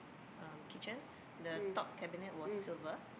um kitchen the top cabinet was silver